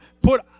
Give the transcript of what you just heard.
put